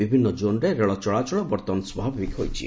ବିଭିନ୍ନ ଜୋନ୍ରେ ରେଳ ଚଳାଚଳ ବର୍ତ୍ତମାନ ସ୍ୱାଭାବିକ ହୋଇଛି